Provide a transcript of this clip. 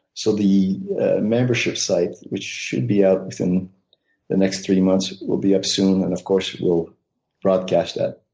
so the membership site, which should be out in the next three months, will be up soon and of course we'll broadcast that.